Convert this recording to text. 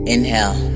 Inhale